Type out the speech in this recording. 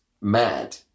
mad